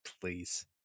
Please